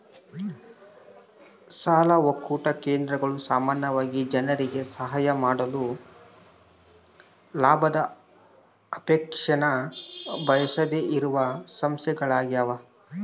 ಸಾಲ ಒಕ್ಕೂಟ ಕೇಂದ್ರಗಳು ಸಾಮಾನ್ಯವಾಗಿ ಜನರಿಗೆ ಸಹಾಯ ಮಾಡಲು ಲಾಭದ ಅಪೇಕ್ಷೆನ ಬಯಸದೆಯಿರುವ ಸಂಸ್ಥೆಗಳ್ಯಾಗವ